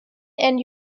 and